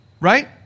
Right